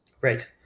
Right